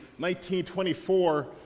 1924